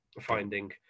finding